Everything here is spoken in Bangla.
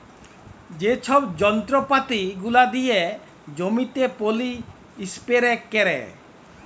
যে ছব যল্তরপাতি গুলা দিয়ে জমিতে পলী ইস্পেরে ক্যারে